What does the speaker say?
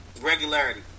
regularity